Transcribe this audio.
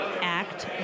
Act